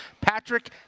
Patrick